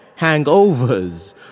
hangovers